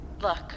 Look